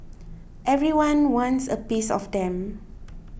everyone wants a piece of them